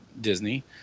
Disney